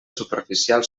superficial